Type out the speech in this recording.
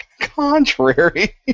Contrary